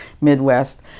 midwest